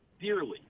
dearly